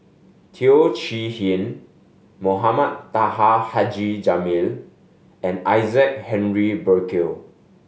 Teo Chee Hean Mohamed Taha Haji Jamil and Isaac Henry Burkill